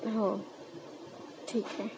हो ठीक आहे